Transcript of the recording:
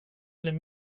eller